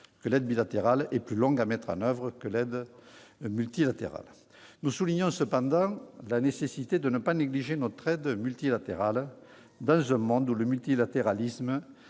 que l'aide bilatérale est plus longue à mettre en oeuvre que l'aide multilatérale. Nous soulignons cependant la nécessité de ne pas négliger notre aide multilatérale, dans un monde où le multilatéralisme